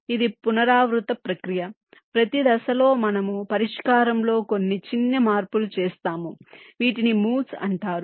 ఇది పునరావృత ప్రక్రియ ప్రతి దశలో మనము పరిష్కారంలో కొన్ని చిన్న మార్పులు చేస్తాము వీటిని మూవ్స్ అంటారు